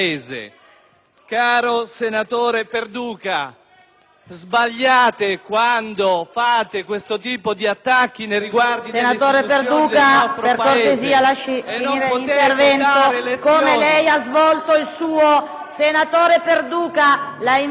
Caro senatore Perduca, sbagliate quando fate questo tipo di attacchi nei riguardi delle istituzioni del nostro Paese... PERDUCA. Quali